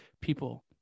people